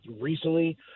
recently